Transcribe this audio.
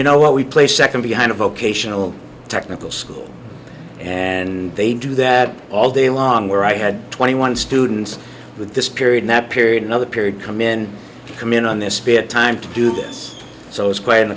you know what we play second behind a vocational technical school and they do that all day long where i had twenty one students with this period that period another period come in come in and this spit time to do this so it was quite an